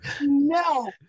No